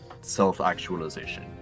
self-actualization